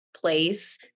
place